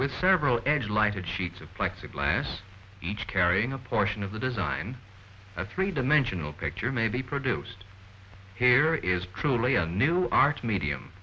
with several edge lighted sheets of plexiglas each carrying a portion of the design a three dimensional picture may be produced here is truly a new art medium